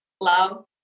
love